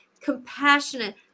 compassionate